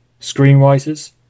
screenwriters